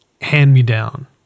hand-me-down